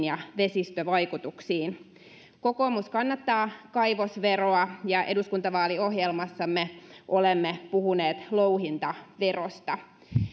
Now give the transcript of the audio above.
ja vesistövaikutuksiin kokoomus kannattaa kaivosveroa ja eduskuntavaaliohjelmassamme olemme puhuneet louhintaverosta